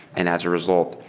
and as a result,